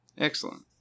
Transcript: Excellent